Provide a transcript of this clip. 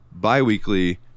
bi-weekly